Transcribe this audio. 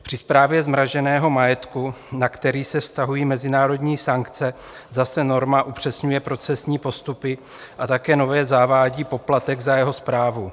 Při správě zmraženého majetku, na který se vztahují mezinárodní sankce, zase norma upřesňuje procesní postupy a také nově zavádí poplatek za jeho správu.